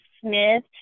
Smith